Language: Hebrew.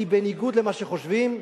כי בניגוד למה שחושבים,